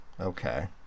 Okay